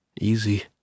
Easy